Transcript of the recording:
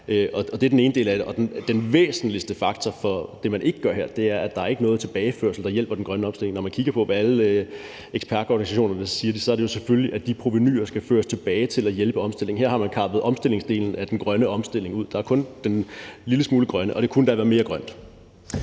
Det er den ene del af det. Den væsentligste faktor for det, man ikke gør her, er, at der ikke er noget tilbageførsel, der hjælper den grønne omstilling. Når man kigger på, hvad alle ekspertorganisationerne siger, er det selvfølgelig, at de provenuer skal føres tilbage til at hjælpe omstillingen. Her har man kappet omstillingsdelen af den grønne omstilling af, og der er kun en lille smule grønt, og det kunne have været mere grønt.